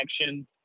action